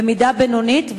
במידה בינונית,